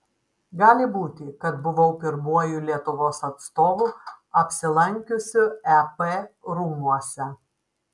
gali būti kad buvau pirmuoju lietuvos atstovu apsilankiusiu ep rūmuose